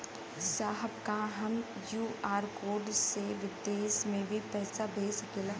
साहब का हम क्यू.आर कोड से बिदेश में भी पैसा भेज सकेला?